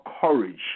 courage